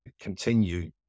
continue